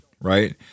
right